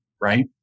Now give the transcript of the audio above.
right